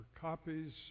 copies